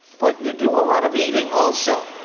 but you do a lot of eating also.